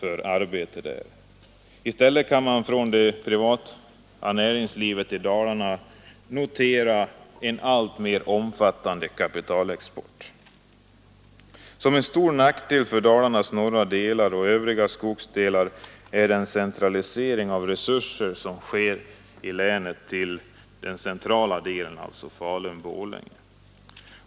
I stället kan man från det privata näringslivet i Dalarna notera en alltmer omfattande kapitalexport. : En stor nackdel för Dalarnas norra delar och övriga skogsdelar är den koncentration av resurser som sker till den centrala delen av länet, alltså Falun-Borlänge.